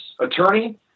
attorney